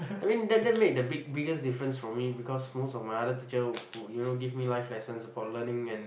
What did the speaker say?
I mean that that made the big biggest difference for me because most of my other teacher will you know give me life lessons about learning and